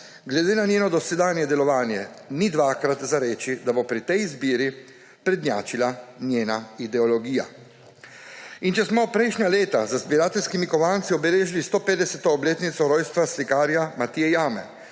Glede na njeno dosedanje delovanje ni dvakrat za reči, da bo pri tej izbiri prednjačila njena ideologija. In če smo prejšnja leta z zbirateljskimi kovanci obeležili 150. obletnico rojstva slikarja Matije Jame,